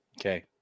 Okay